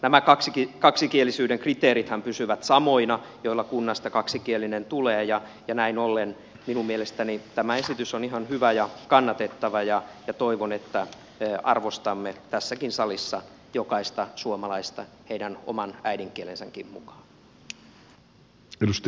nämä kriteerithän joilla kunnasta kaksikielinen tulee pysyvät samoina ja näin ollen minun mielestäni tämä esitys on ihan hyvä ja kannatettava ja toivon että arvostamme tässäkin salissa jokaista suomalaista heidän oman äidinkielensäkin mukaan